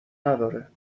نداره